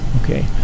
Okay